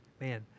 man